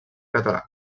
catalana